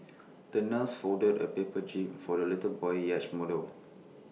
the nurse folded A paper jib for the little boy's yacht model